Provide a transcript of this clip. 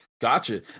Gotcha